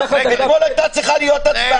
הוא לא נתן תשובות.